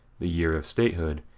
the year of statehood,